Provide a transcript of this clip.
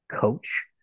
coach